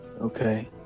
okay